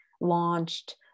launched